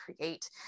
create